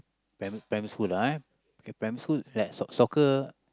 primary primary school lah like soccer